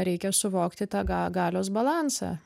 reikia suvokti tą ga galios balansą